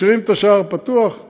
משאירים את השער פתוח,